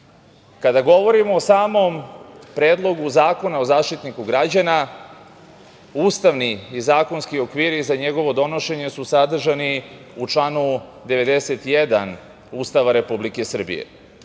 govorimo o samom Predlogu zakona o Zaštitniku građana, ustavni i zakonski okviri za njegovo donošenje su sadržani u članu 91. Ustava Republike Srbije.